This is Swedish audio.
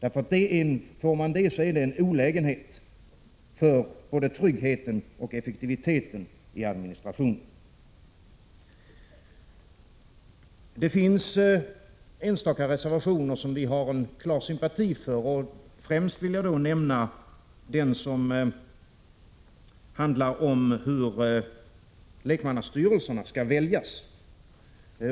Ett sådant tillstånd innebär en olägenhet både för tryggheten och för effektiviteten i administrationen. Det finns enstaka reservationer som vi har klar sympati för. Främst vill jag nämna den som handlar om hur lekmannastyrelserna skall väljas.